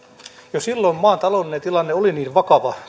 jo silloin kun hallitusohjelmaa laadittiin maan taloudellinen tilanne oli niin vakava